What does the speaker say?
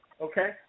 okay